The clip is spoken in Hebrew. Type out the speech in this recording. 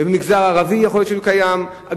יכול להיות שזה קיים במגזר הערבי,